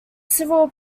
civil